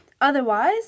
otherwise